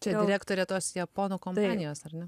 čia direktore tos japonų kompanijos ar ne